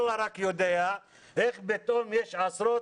אללה רק יודע איך פתאום יש עשרות,